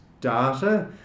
data